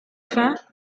fins